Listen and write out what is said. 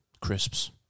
crisps